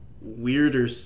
weirder